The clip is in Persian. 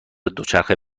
دوچرخه